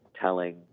telling